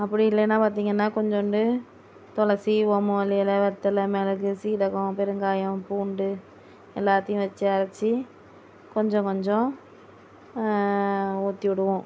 அப்படி இல்லைனா பார்த்திங்கனா கொஞ்சோண்டு துளசி ஓமோவல்லி எலை வெத்தலை மிளகு சீரகம் பெருங்காயம் பூண்டு எல்லாத்தையும் வச்சு அரச்சு கொஞ்சம் கொஞ்சம் ஊற்றிவிடுவோம்